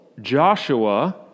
Joshua